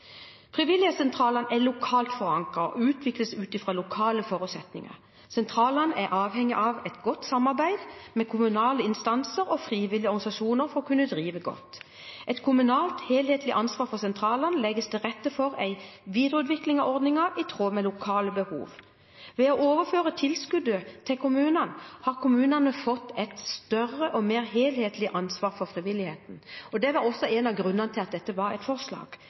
Frivillighetssentralene er lokalt forankret og utvikles ut fra lokale forutsetninger. Sentralene er avhengig av et godt samarbeid med kommunale instanser og frivillige organisasjoner for å kunne drive godt. Et kommunalt helhetlig ansvar for sentralene legger til rette for en videreutvikling av ordningen i tråd med lokale behov. Ved å overføre tilskuddet til kommunene har kommunene fått et større og mer helhetlig ansvar for frivilligheten, og det var også en av grunnene til at dette var et forslag